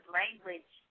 language